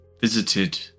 visited